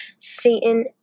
Satan